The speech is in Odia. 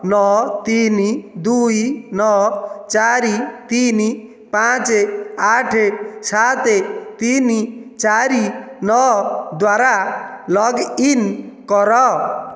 ନଅ ତିନି ଦୁଇ ନଅ ଚାରି ତିନି ପାଞ୍ଚ ଆଠ ସାତ ତିନି ଚାରି ନଅ ଦ୍ଵାରା ଲଗ୍ଇନ୍ କର